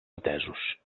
atesos